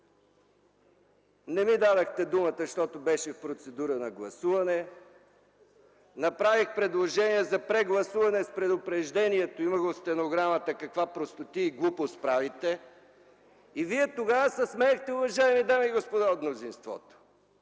Не ми дадохте думата, защото беше в процедура на гласуване. Направих предложение за прегласуване с предупреждението (има го в стенограмата) каква простотия и глупост правите. Вие тогава се смеехте, уважаеми дами и господа от мнозинството!